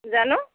জানো